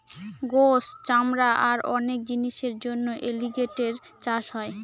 গোস, চামড়া আর অনেক জিনিসের জন্য এলিগেটের চাষ হয়